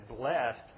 blessed